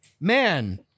man